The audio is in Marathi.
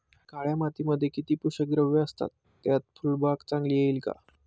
काळ्या मातीमध्ये किती पोषक द्रव्ये असतात, त्यात फुलबाग चांगली येईल का?